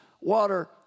water